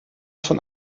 von